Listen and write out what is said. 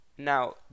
Now